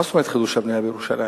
מה זאת אומרת חידוש הבנייה בירושלים?